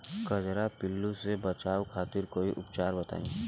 कजरा पिल्लू से बचाव खातिर कोई उपचार बताई?